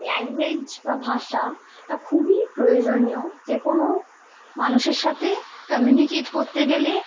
language বা ভাষাটা খুবই প্রয়োজনীয় যে কোনো মানুষের সাথে কামিউনিকেট করতে গেলে